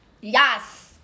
yes